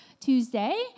Tuesday